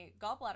gallbladder